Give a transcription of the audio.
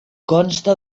consta